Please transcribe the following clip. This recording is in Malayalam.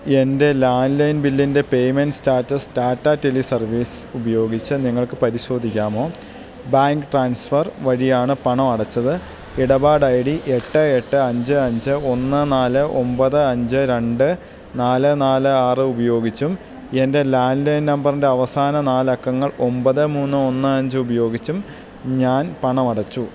എൻ്റെ ലാൻഡ്ലൈൻ ബില്ലിൻ്റെ payment status Tata tele service ഉപയോഗിച്ച് നിങ്ങൾക്ക് പരിശോധിക്കാമോ ബാങ്ക് ട്രാൻസ്ഫർ വഴിയാണ് പണമടച്ചത് ഇടപാട് ഐ ഡി എട്ട് എട്ട് അഞ്ച് അഞ്ച് ഒന്ന് നാല് ഒമ്പത് അഞ്ച് രണ്ട് നാല് നാല് ആറ് ഉപയോഗിച്ചും എൻ്റെ ലാൻഡ്ലൈൻ നമ്പറിൻ്റെ അവസാന നാലക്കങ്ങൾ ഒമ്പത് മൂന്ന് ഒന്ന് അഞ്ച് ഉപയോഗിച്ചും ഞാൻ പണമടച്ചു